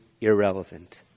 irrelevant